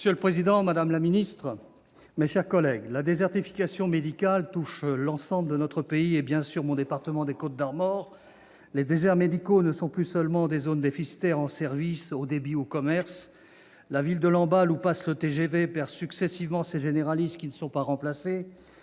Monsieur le président, madame la secrétaire d'État, mes chers collègues, la désertification médicale touche l'ensemble de notre pays, et bien sûr mon département, les Côtes-d'Armor. Les déserts médicaux ne sont plus seulement des zones déficitaires en services, haut débit ou commerces. La ville de Lamballe, où passe le TGV, perd successivement ses généralistes, qui ne sont pas remplacés.